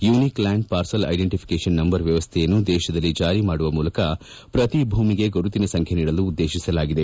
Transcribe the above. unique land parcel identification number ವ್ಯವಸ್ಥೆಯನ್ನು ದೇಶದಲ್ಲಿ ಜಾರಿ ಮಾಡುವ ಮೂಲಕ ಪ್ರತಿ ಭೂಮಿಗೆ ಗುರುತಿನ ಸಂಖ್ಯೆ ನೀಡಲು ಉದ್ದೇಶಿಸಲಾಗಿದೆ